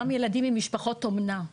גם ילדים ממשפחות אומנה.